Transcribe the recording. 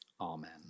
amen